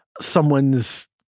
someone's